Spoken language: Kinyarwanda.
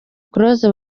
close